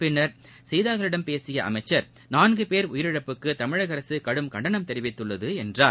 பின்னர் செய்தியாளர்களிடம் பேசிய அமைச்சர் நான்கு பேர் உயிரிழப்புக்கு தமிழக அரசு கடும் கண்டனம் தெரிவித்துள்ளது என்றார்